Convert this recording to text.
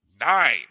Nine